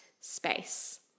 space